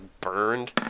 burned